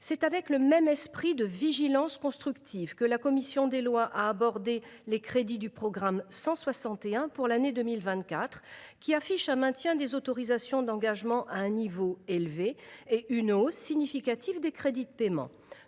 C’est avec le même esprit de vigilance constructive que la commission des lois a abordé les crédits du programme 161 pour l’année 2024, qui affichent un maintien des autorisations d’engagement à un niveau élevé et une hausse significative des crédits de paiement.